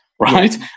right